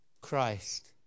Christ